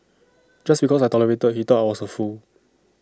just because I tolerated he thought I was A fool